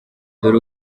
dore